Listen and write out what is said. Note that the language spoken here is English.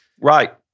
Right